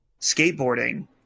skateboarding